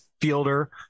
fielder